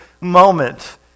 moment